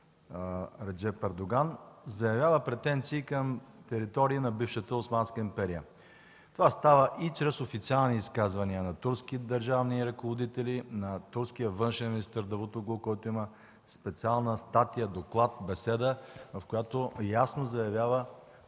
Реджеп Ердоган, заявява претенции към територии на бившата Османска империя. Това става и чрез официални изказвания на турски държавни ръководители, на турския външен министър Давутоглу, който има специална статия, доклад, беседа, в която ясно заявява